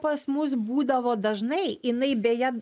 pas mus būdavo dažnai jinai beje